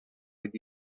with